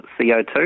CO2